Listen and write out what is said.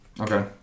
Okay